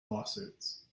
lawsuits